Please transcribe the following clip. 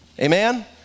Amen